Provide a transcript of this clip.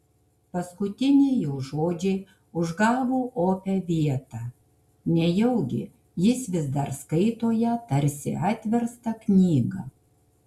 paskutiniai jo žodžiai užgavo opią vietą nejaugi jis vis dar skaito ją tarsi atverstą knygą